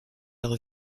leur